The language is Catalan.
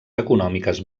econòmiques